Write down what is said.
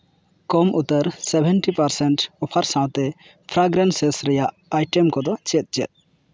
ᱠᱚᱢ ᱩᱛᱟᱹᱨ seventy percent ᱚᱷᱟᱨ ᱥᱟᱶᱛᱮ ᱯᱷᱨᱟᱜᱨᱮᱱᱥᱮᱥ ᱨᱮᱭᱟᱜ ᱟᱭᱴᱮᱢ ᱠᱚᱫᱚ ᱪᱮᱫ ᱪᱮᱫ